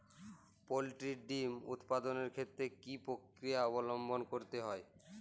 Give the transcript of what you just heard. Poultry ডিম উৎপাদনের ক্ষেত্রে কি পক্রিয়া অবলম্বন করতে হয়?